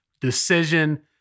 decision